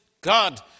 God